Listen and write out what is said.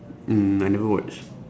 mm I never watch